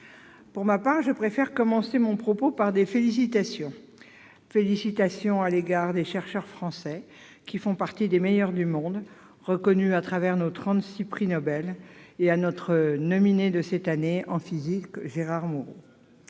Pour ma part, je préfère commencer mon propos par des félicitations : félicitations à l'égard des chercheurs français, qui font partie des meilleurs du monde et sont reconnus au travers de nos 36 prix Nobel, dont notre lauréat en physique cette année, Gérard Mourou.